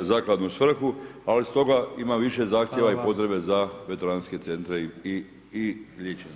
zakladnu svrhu ali stoga ima više zahtjeva i potrebe za veteranske centre i liječnike.